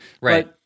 Right